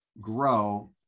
grow